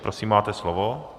Prosím, máte slovo.